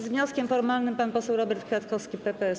Z wnioskiem formalnym pan poseł Robert Kwiatkowski, PPS.